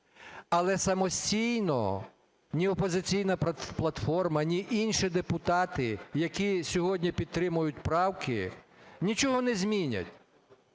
Але самостійно ні "Опозиційна платформа", ні інші депутати, які сьогодні підтримують правки, нічого не змінять.